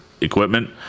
equipment